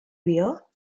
wheel